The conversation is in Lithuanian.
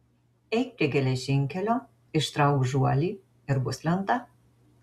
eik prie geležinkelio ištrauk žuolį ir bus lenta